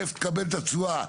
איפה תקבל את התשואה,